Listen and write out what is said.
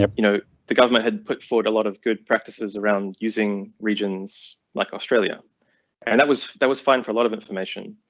you know the government had put forward a lot of good practices around using regions like australia and that was that was fine for a lot of information.